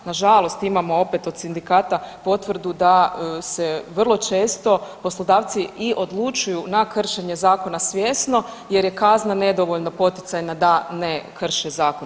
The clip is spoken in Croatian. Nažalost imamo opet od sindikata potvrdu da se vrlo često poslodavci i odlučuju na kršenje zakona svjesno jer je kazna nedovoljno poticajna da ne krše zakon.